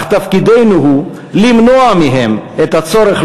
אך תפקידנו הוא למנוע מהם את הצורך